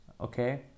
okay